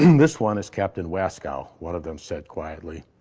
this one is captain wascow, one of them said quietly.